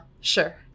sure